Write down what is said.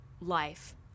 life